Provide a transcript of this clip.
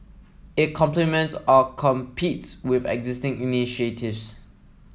it complements or competes with existing initiatives